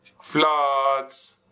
floods